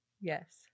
yes